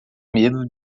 medo